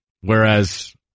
whereas